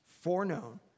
foreknown